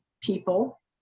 people